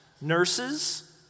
nurses